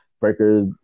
breaker